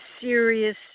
serious